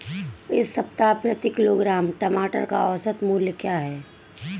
इस सप्ताह प्रति किलोग्राम टमाटर का औसत मूल्य क्या है?